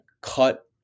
cut